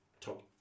top